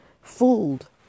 fooled